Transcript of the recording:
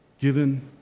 given